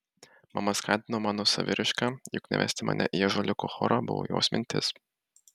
mama skatino mano saviraišką juk nuvesti mane į ąžuoliuko chorą buvo jos mintis